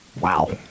wow